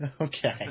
Okay